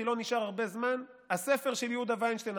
כי לא נשאר הרבה זמן: הספר של יהודה וינשטיין,